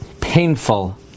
painful